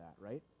right